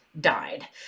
died